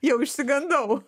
jau išsigandau